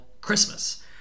Christmas